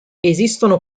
esistono